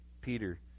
Peter